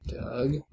Doug